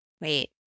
Wait